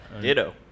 Ditto